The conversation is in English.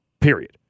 Period